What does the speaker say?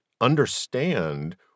understand